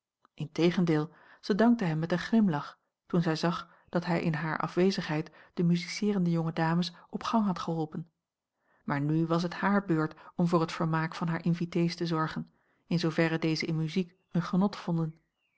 integendeel zij dankte hem met een glimlach toen zij zag dat hij in hare afwezigheid de musiceerende jonge dames op gang had geholpen maar nu was het hare beurt om voor het vermaak van hare invité's te zorgen in zooverre deze in muziek een genot vonden